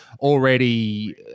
already